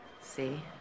See